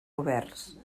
governs